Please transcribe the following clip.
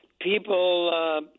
people